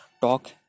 talk